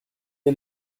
est